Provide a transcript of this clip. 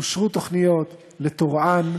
אושרו תוכניות לטורעאן,